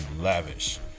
Lavish